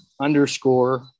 underscore